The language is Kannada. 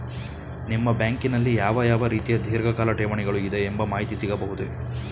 ನಿಮ್ಮ ಬ್ಯಾಂಕಿನಲ್ಲಿ ಯಾವ ಯಾವ ರೀತಿಯ ಧೀರ್ಘಕಾಲ ಠೇವಣಿಗಳು ಇದೆ ಎಂಬ ಮಾಹಿತಿ ಸಿಗಬಹುದೇ?